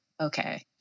okay